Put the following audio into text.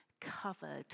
covered